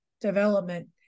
development